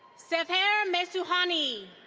sepher mesuhani.